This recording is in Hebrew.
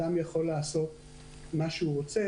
שאדם יכול לעשות מה שהוא רוצה